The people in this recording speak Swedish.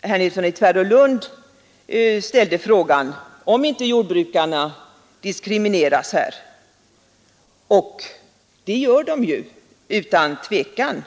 Herr Nilsson i Tvärålund ställde frågan om inte jordbrukarna blir diskriminerade på detta sätt. Det blir de utan tvivel.